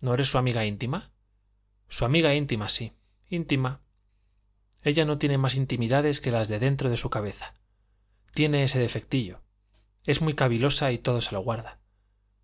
no eres su amiga íntima su amiga sí íntima ella no tiene más intimidades que las de dentro de su cabeza tiene ese defectillo es muy cavilosa y todo se lo guarda